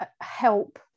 help